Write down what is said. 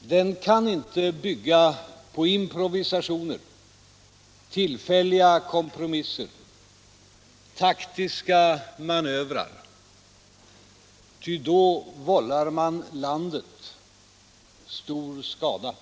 Den kan inte bygga på improvisationer, tillfälliga kompromisser, taktiska manövrer — ty då vållar man landet stor skada.